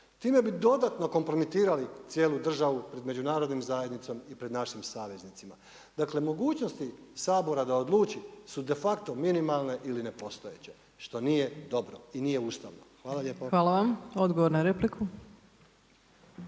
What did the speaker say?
Time bi dodatno kompromitirali cijelu državu pred Međunarodnom zajednicom i pred našim saveznicima. Dakle, mogućnosti Sabora da odluči su de facto minimalne ili nepostojeće što nije dobro i nije ustavno. Hvala lijepo. **Opačić, Milanka